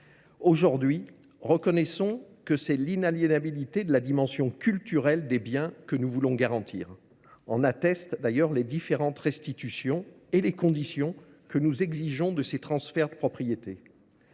Aujourd'hui, reconnaissons que c'est l'inaliénabilité de la dimension culturelle des biens que nous voulons garantir. On atteste d'ailleurs les différentes restitutions et les conditions que nous exigeons de ces transferts de propriété.